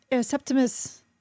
Septimus